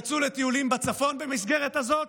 יצאו לטיולים בצפון במסגרת הזאת,